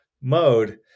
mode